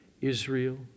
Israel